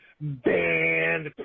band